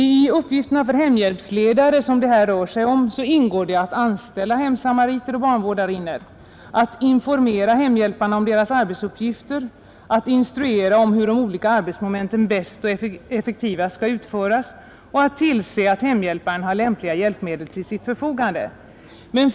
I uppgifterna för hemhjälpsledare, som det här rör sig om, ingår att anställa hemsamariter och barnvårdarinnor, att informera hemhjälparna om deras arbetsuppgifter, att instruera om hur de olika arbetsmomenten bäst och effektivast skall utföras och att tillse att hemhjälparen har lämpliga hjälpmedel till sitt förfogande.